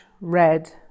red